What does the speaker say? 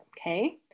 okay